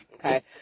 Okay